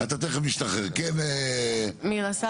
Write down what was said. כן, מירה.